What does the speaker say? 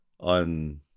on